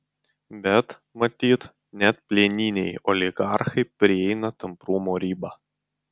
bet matyt net plieniniai oligarchai prieina tamprumo ribą